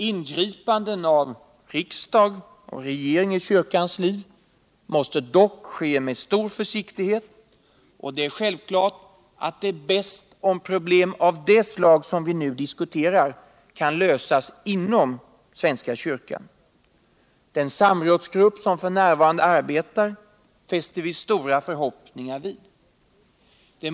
Ingripunden av riksdag och regering i kyrkans tiv måste dock ske med stor försiktighet, och det är självklart att det är bäst om problem av det slag som vi nu diskuterar kan lösas inom kyrkan. Den samrädsgrupp som f.n. arbetar fäster vi stora förhoppningar vid.